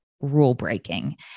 rule-breaking